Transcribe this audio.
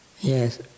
Yes